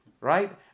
right